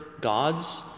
God's